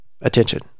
attention